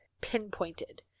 pinpointed